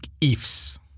ifs